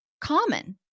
common